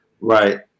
right